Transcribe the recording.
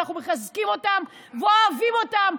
אנחנו מחזקים אותם ואוהבים אותם,